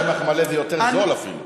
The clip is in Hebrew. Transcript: הוא אומר שקמח מלא זה יותר זול אפילו.